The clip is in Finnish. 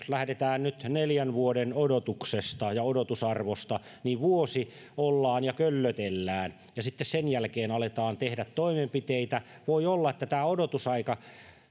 lähdetään nyt neljän vuoden odotuksesta ja odotusarvosta ja vuosi ollaan ja köllötellään ja sitten sen jälkeen aletaan tehdä toimenpiteitä voi olla että tämä odotusaika